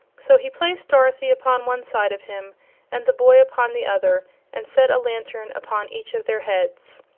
so he placed dorothy upon one side of him and the boy upon the other and set a lantern upon each of their heads.